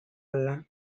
alla